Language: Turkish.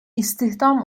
istihdam